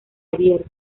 abierto